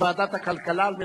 לוועדת הכלכלה.